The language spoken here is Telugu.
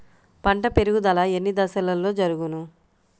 పంట పెరుగుదల ఎన్ని దశలలో జరుగును?